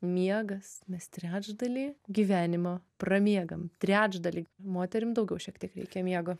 miegas mes trečdalį gyvenimo pramiegam trečdalį moterim daugiau šiek tiek reikia miego